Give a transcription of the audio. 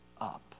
up